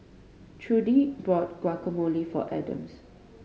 Trudie bought Guacamole for Adams